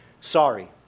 sorry